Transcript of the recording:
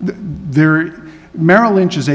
there merrill lynch is